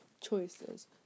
choices